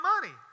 money